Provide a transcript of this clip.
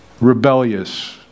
rebellious